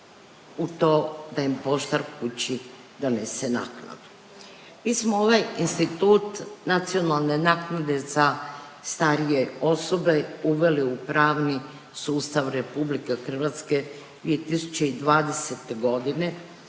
u to da im poštar kući donese naknadu. Mi smo ovaj institut nacionalne naknade za starije osobe uveli u pravni sustav RH 2020. godine